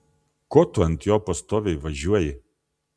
ko tu ant jo pastoviai važiuoji